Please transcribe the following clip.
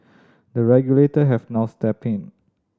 the regulator have now stepped in